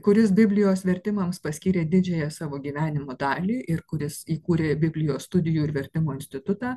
kuris biblijos vertimams paskyrė didžiąją savo gyvenimo dalį ir kuris įkūrė biblijos studijų ir vertimo institutą